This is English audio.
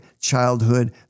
childhood